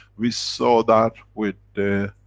we saw that with the.